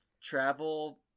travel